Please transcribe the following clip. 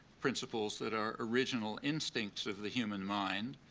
principles that are original instincts of the human mind,